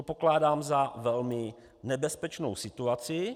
To pokládám za velmi nebezpečnou situaci.